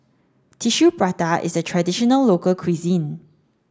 Tissue Prata is a traditional local cuisine